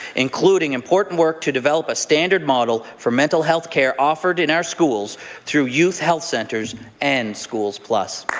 including important work to develop a standard model for mental health care offered in our schools through youth health centres and schools plus.